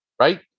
right